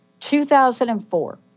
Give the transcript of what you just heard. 2004